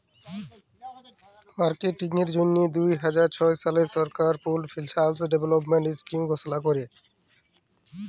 মার্কেটিংয়ের জ্যনহে দু হাজার ছ সালে সরকার পুল্ড ফিল্যাল্স ডেভেলপমেল্ট ইস্কিম ঘষলা ক্যরে